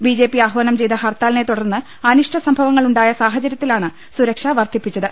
BJP ആഹ്വാനം ചെയ്ത ഹർത്താ ലിനെ തുടർന്ന് അനിഷ്ട സംഭവങ്ങൾ ഉണ്ടായ സാഹചര്യത്തിലാണ് സുരക്ഷ വർദ്ധിപ്പിച്ചത്